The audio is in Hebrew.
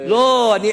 בוא נראה,